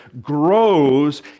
grows